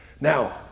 Now